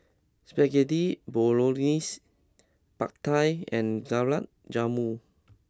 Spaghetti Bolognese Pad Thai and Gulab Jamun